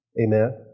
Amen